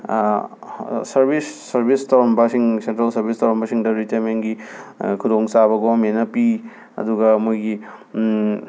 service service ꯇꯧꯔꯝꯕꯁꯤꯡ central service ꯇꯧꯔꯝꯕꯁꯤꯡꯗ ꯔꯤꯇꯔꯃꯦꯟꯒꯤ ꯈꯨꯗꯣꯡꯆꯥꯕ ꯒꯣꯔꯃꯦꯟꯅ ꯄꯤ ꯑꯗꯨꯒ ꯃꯣꯏꯒꯤ